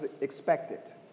expected